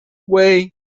way